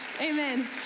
amen